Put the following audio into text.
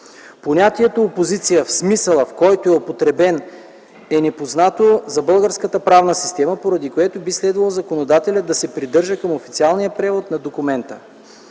Понятието „опозиция” в смисъла, в който е употребен, е непознато за българската правна система, поради което би следвало законодателят да се придържа към официалния превод на документа.